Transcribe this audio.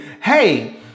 hey